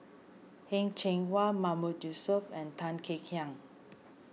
Heng Cheng Hwa Mahmood Yusof and Tan Kek Hiang